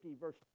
verse